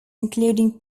including